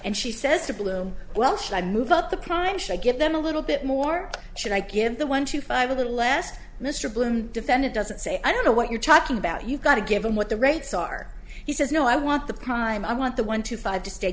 and she says to bloom well should i move out the crime should give them a little bit more should i give the one to five of the last mr bloom defended doesn't say i don't know what you're talking about you got to give him what the rates are he says no i want the crime i want the one to five to stay